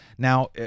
Now